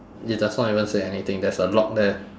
it does not even say anything there's a lock there